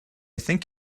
think